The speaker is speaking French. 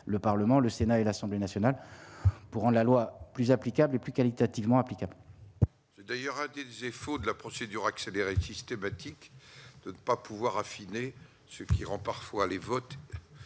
le Parlement, le Sénat et l'Assemblée nationale pour en la loi plus applicable et plus qualitativement applicable. C'est d'ailleurs à des défauts de la procédure accélérée systématique de ne pas pouvoir affiner ce qui rend parfois les votes